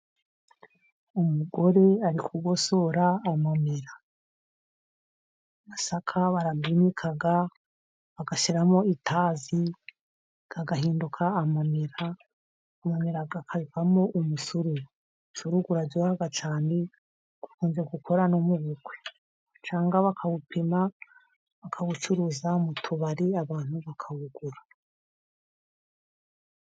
Umugore ari kugosora amamera. Amasaka barayika bagashyiramo itazi agahinduka amamera, avamo umusururu. Umusururu, uraryoha cyane . Ukunze gukora no mu ubukwe ,cyangwa bakawupima bakawucuruza mu tubari abantu bakawugura